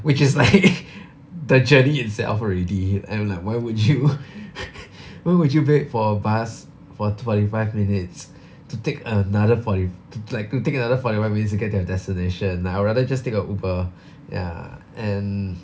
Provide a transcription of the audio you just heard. which is like the journey itself already iand like why would you why would you wait for a bus for twenty five minutes to take another forty like to take another forty five minutes to get to your destination I would rather just take a Uber ya and